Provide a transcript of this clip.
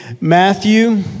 Matthew